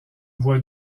voix